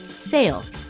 sales